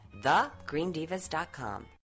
thegreendivas.com